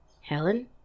Helen